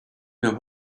now